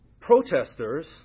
Protesters